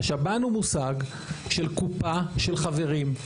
השב"ן הוא מושג של קופה, של חברים.